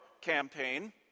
campaign